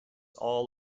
all